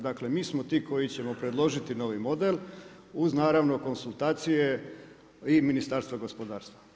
Dakle, mi smo ti koji ćemo preložiti novi model, uz naravno konzultacija i Ministarstva gospodarstva.